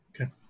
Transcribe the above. Okay